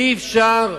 אי-אפשר.